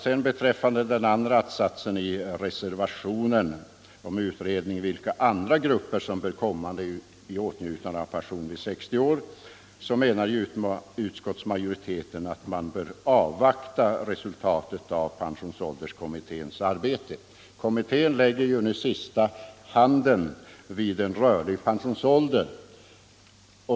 Så några ord om den att-sats i reservationen 1 där man begär utredning om vilka andra grupper av arbetare än gruvarbetare som bör komma i åtnjutande av pension vid 60 års ålder. Utskottsmajoriteten menar att man bör avvakta resultatet av pensionsålderskommitténs arbete. Kommitttén lägger nu sista handen vid frågan om en rörlig pensionsålder.